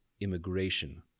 immigration